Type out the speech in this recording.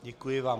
Děkuji vám.